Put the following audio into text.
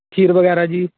ਖੀਰ ਵਗੈਰਾ ਜੀ